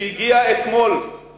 שעליו חתום, מכתב שהגיע אתמול לשולחני,